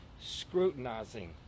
scrutinizing